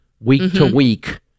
week-to-week